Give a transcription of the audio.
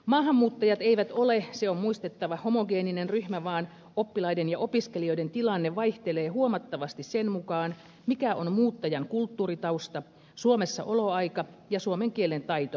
maahanmuuttajat eivät ole se on muistettava homogeeninen ryhmä vaan oppilaiden ja opiskelijoiden tilanne vaihtelee huomattavasti sen mukaan mikä on muuttajan kulttuuritausta suomessa oloaika ja suomen kielen taito ennen kaikkea